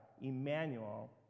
Emmanuel